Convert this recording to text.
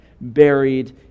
buried